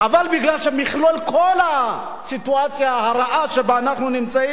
אבל בגלל מכלול כל הסיטואציה הרעה שבה אנחנו נמצאים,